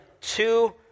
two